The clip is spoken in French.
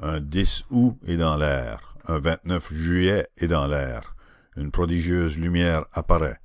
un août est dans l'air un juillet est dans l'air une prodigieuse lumière apparaît